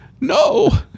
No